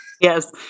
Yes